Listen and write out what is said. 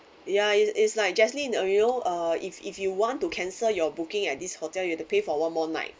ya is is like jaslyn uh you know uh if if you want to cancel your booking at this hotel you have to pay for one more night